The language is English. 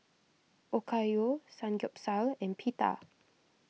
Okayu Samgyeopsal and Pita